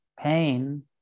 pain